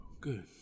Good